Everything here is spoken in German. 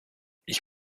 ich